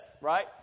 right